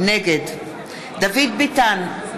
נגד דוד ביטן,